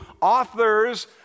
authors